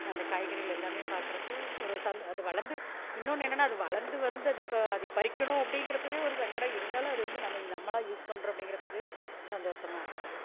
அந்த காய்கறிகள் எல்லாமே பார்க்குறப்போ ஒரு சந் அது வளர்ந்து இன்னோன்று என்னன்னா அது வளர்ந்து வந்து அது ப அதை பறிக்கணும் அப்படிங்கிறப்பவே ஒரு சங்கடம் இருந்தாலும் அது வந்து நம்ம இது நம்ம தான் யூஸ் பண்ணுறோம் அப்படிங்கிறப்ப அது சந்தோசமாக இருக்குது